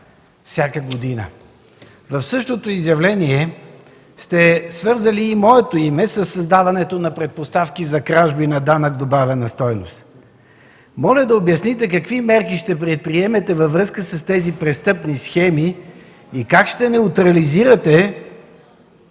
постъпления. В същото изявление сте свързали и моето име със създаването на предпоставки за кражби на данък добавена стойност. Моля да обясните какви мерки ще предприемете във връзка с тези престъпни схеми и как ще неутрализирате